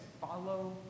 Follow